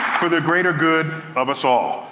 for the greater good of us all.